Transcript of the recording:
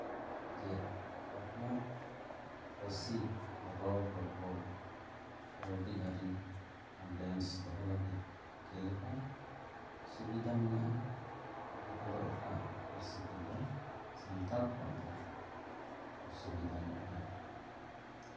ᱡᱮ ᱟᱯᱱᱟᱨ ᱯᱟᱹᱨᱥᱤ ᱛᱮ ᱨᱚᱲ ᱨᱚᱯᱚᱲ ᱠᱟᱹᱣᱰᱤᱟᱹᱨᱤ ᱢᱤᱫᱴᱟᱱ ᱵᱮᱞᱮᱱᱥ ᱫᱚᱦᱚ ᱞᱟᱹᱜᱤᱫ ᱡᱮᱞᱮᱠᱟ ᱥᱩᱵᱤᱫᱷᱟ ᱢᱮᱱᱟᱜᱼᱟ ᱚᱱᱠᱟ ᱫᱚ ᱮᱴᱟᱜ ᱯᱟᱹᱨᱥᱤ ᱛᱮᱫᱚ ᱥᱟᱱᱛᱟᱲ ᱠᱚᱣᱟᱜ ᱫᱚ ᱚᱥᱩᱵᱤᱫᱷᱟ ᱧᱚᱜ ᱜᱮᱭᱟ